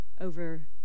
over